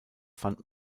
fand